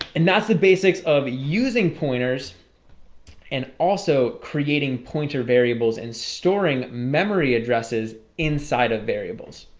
and that's the basics of using pointers and also creating pointer variables and storing memory addresses inside of variables